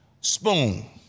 Spoon